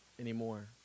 Anymore